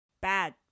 bad